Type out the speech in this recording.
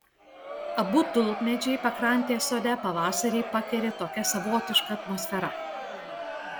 abu tulpmedžiai pakrantės sode pavasarį pakeri tokia savotiška atmosfera